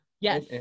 Yes